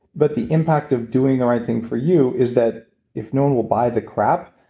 but the impact of doing the right thing for you is that if no one will buy the crap,